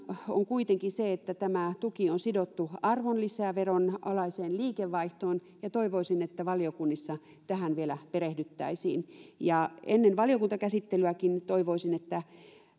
on kuitenkin se että tämä tuki on sidottu arvonlisäveron alaiseen liikevaihtoon ja toivoisin että valiokunnissa tähän vielä perehdyttäisiin toivoisin ennen valiokuntakäsittelyäkin